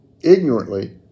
ignorantly